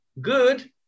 good